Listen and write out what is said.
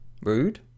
Rude